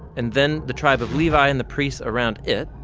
and then the tribe of levi and the priests around it,